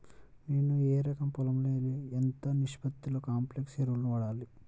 నేను ఎకరం పొలంలో ఎంత నిష్పత్తిలో కాంప్లెక్స్ ఎరువులను వాడాలి?